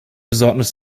besorgnis